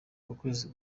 ukwezi